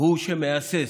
הוא שמהסס.